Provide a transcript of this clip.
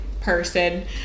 person